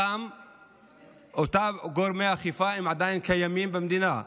אותם גורמי אכיפה עדיין קיימים במדינה.